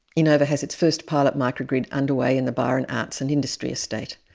enova has its first pilot microgrid underway in the byron arts and industry estate.